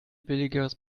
billigeres